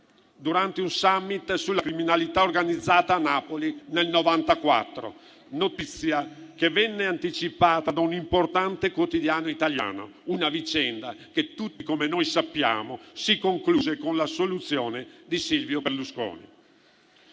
durante un *summit* sulla criminalità organizzata a Napoli nel 1994, notizia che venne anticipata da un importante quotidiano italiano. Una vicenda che, come tutti sappiamo, si concluse con l'assoluzione di Silvio Berlusconi.